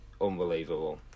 Unbelievable